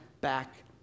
back